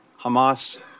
Hamas